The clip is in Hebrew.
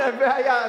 תבדוק,